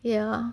ya